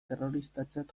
terroristatzat